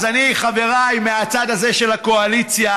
אז אני, חבריי מהצד הזה של הקואליציה,